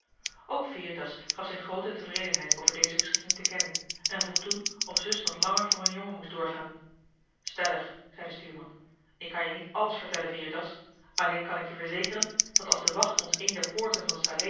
ook veritas gaf zijn groote tevredenheid over deze beschikking te kennen en vroeg toen of zus nog langer voor een jongen moest doorgaan stellig zei de stuurman ik kan je niet àlles vertellen veritas alleen kan ik je verzekeren dat als de wacht ons een der poorten van